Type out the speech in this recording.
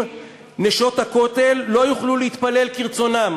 "נשות הכותל" לא יוכלו להתפלל כרצונן?